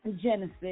Genesis